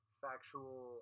factual